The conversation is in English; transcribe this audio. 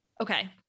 Okay